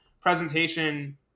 presentation